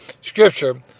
Scripture